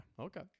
Okay